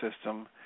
system